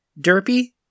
Derpy